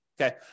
Okay